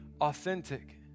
authentic